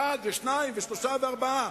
אחד, ושניים, שלושה וארבעה.